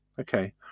okay